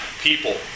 people